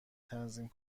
تنظیم